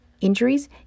injuries